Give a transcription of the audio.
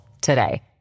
today